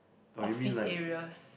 office areas